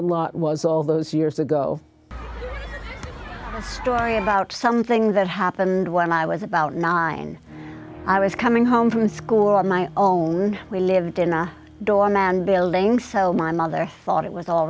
abandoned lot was all those years ago story about something that happened when i was about nine i was coming home from school on my own we lived in a dorm and building fell my mother thought it was all